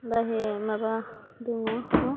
बाहे माबा दङ होह